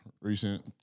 recent